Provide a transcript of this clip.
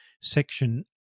section